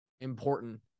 important